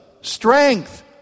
strength